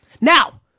Now